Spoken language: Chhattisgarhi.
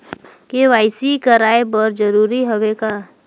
के.वाई.सी कराय बर जरूरी हवे का?